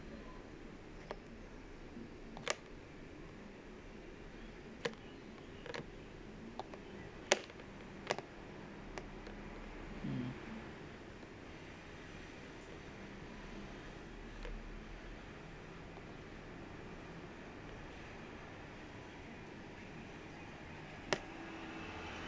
mm